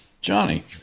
Johnny